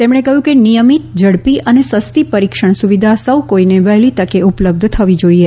તેમણે કહ્યું કે નિયમિત ઝડપી અને સસ્તી પરિક્ષણ સુવિધા સૌ કોઇને વહેલી તકે ઉપલબ્ધ થવી જોઇએ